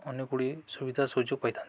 ଅନେକ ଗୁଡ଼ିଏ ସୁବିଧା ସୁଯୋଗ ପାଇଥାନ୍ତି